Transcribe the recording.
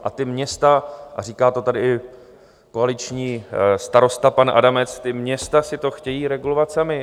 A ta města, a říká to tady i koaliční starosta pan Adamec, ta města si to chtějí regulovat sama.